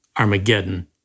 Armageddon